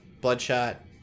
Bloodshot